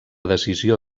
decisió